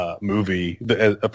movie